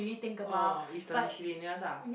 orh is the miscellaneous ah